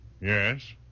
Yes